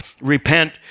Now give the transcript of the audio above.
repent